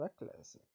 reckless